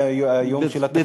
ביום של התקציב,